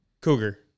cougar